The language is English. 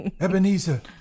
Ebenezer